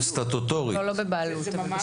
לא, לא בבעלות אבל בשטחנו.